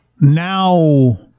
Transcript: now